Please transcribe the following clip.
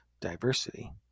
diversity